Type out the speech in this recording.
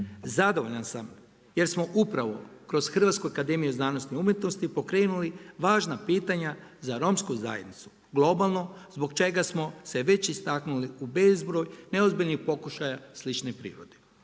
Zadovoljan sam, jer smo upravo kroz Hrvatsku akademiju znanosti i umjetnosti pokrenuli važna pitanja za romsku zajednicu, globalno, zbog čega smo se već istaknuli u bezbroj neozbiljnih pokušaja slične prirode.